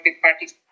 parties